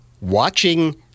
watching